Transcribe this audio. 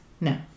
No